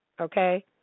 Okay